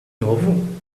novo